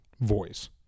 voice